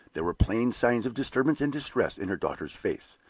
there were plain signs of disturbance and distress in her daughter's face.